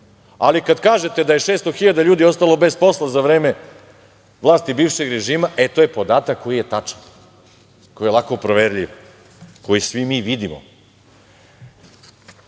Kada kažete da je 600 hiljada ljudi ostalo bez posla za vreme vlasti bivšeg režima, to je podatak koji je tačan, koji je lako proverljiv, koji svi mi vidimo.Zašto